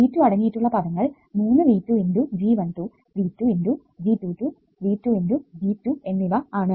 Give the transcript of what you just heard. V2 അടങ്ങിയിട്ടുള്ള പദങ്ങൾ 3V2 × G12 V2 × G22 V2 × G2 എന്നിവ ആണ്